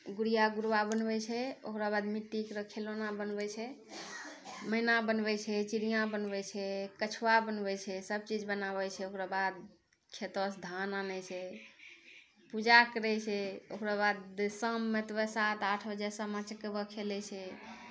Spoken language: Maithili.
गुड़िआ गुड़बा बनबै छै ओकराबाद मिट्टीके रऽ खेलौना बनबै छै मैना बनबै छै चिड़िआ बनबै छै कछुआ बनबै छै सबचीज बनाबै छै ओकराबाद खेतोसँ धान आनै छै पूजा करै छै ओकराबाद शाममे तऽ वएह सात आठ बजे सामा चकेबा खेलै छै